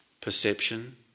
perception